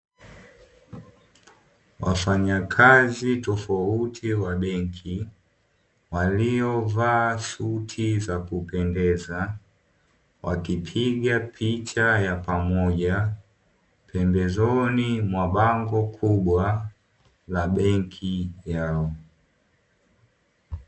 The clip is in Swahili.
Wafanyakazi tofauti wa benki waliovaa suti za kupendeza, wakipiga picha ya pamoja pembezoni mwa bango kubwa la benki yao.